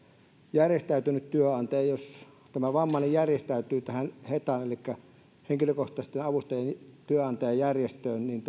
järjestäytynyt työnantaja että jos tämä vammainen järjestäytyy tähän hetaan elikkä henkilökohtaisten avustajien työnantajajärjestöön niin